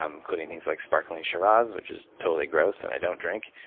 um including things like sparkling shiraz, which is totally gross and i don't drink.